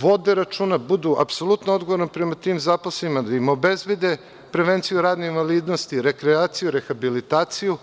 vode računa, budu apsolutno odgovorni prema tim zaposlenima, da im obezbede prevenciju radne invalidnosti, rekreaciju, rehabilitaciju.